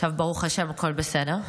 עכשיו ברוך השם הכול בסדר,